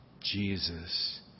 Jesus